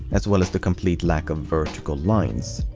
as well as the complete lack of vertical lines.